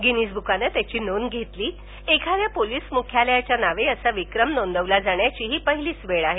Guinness बुकानं त्याची नोंद घेतलीएखाद्या पोलीस मुख्यालयाच्या नावे असा विक्रम नोंदला जाण्याची ही पहिलीच वेळ आहे